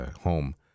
home